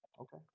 Okay